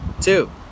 Two